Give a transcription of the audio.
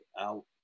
out